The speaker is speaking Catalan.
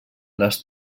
les